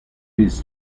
his